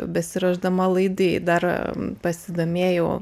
besiruošdama laidai dar pasidomėjau